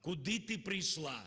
Куди ти прийшла